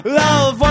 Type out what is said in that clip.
love